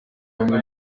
bamwe